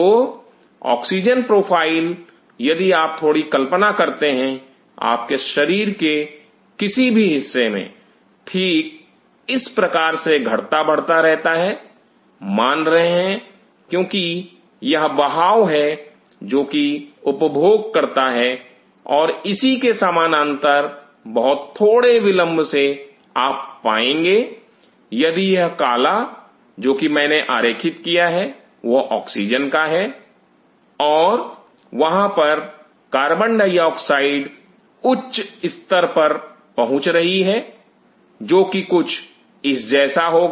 तो oxygen profile यदि आप थोड़ी कल्पना करते हैं आपके शरीर के किसी भी हिस्से में ठीक इसी प्रकार से घटता बढ़ता रहता है मान रहे हैं क्योंकि यह बहाव है जो कि उपभोग करता है और इसी के समानांतर बहुत थोड़े विलंब से आप पाएंगे यदि यह काला जो कि मैंने आरेखित किया है वह ऑक्सीजन का है और वहां पर कार्बन डाइऑक्साइड उच्च स्तर पर पहुंच रही है जो कि कुछ इस जैसा होगा